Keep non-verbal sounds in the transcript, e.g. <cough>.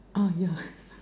err yeah <breath>